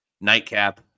nightcap